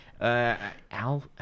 Al